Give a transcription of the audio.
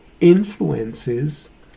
influences